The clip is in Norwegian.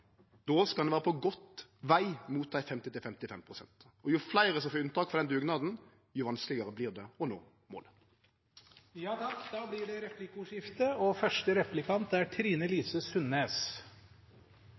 veg mot dei 50–55 pst. Og jo fleire som får unntak frå den dugnaden, jo vanskelegare vert det å nå målet. Det blir replikkordskifte. Det